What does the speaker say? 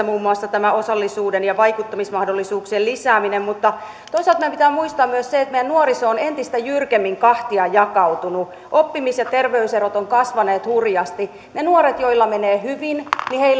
muun muassa tämä osallisuuden ja vaikuttamismahdollisuuksien lisääminen mutta toisaalta meidän pitää muistaa myös se että meidän nuoriso on entistä jyrkemmin kahtia jakautunut oppimis ja terveyserot ovat kasvaneet hurjasti niillä nuorilla joilla menee hyvin